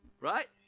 right